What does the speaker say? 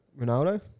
Ronaldo